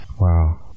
Wow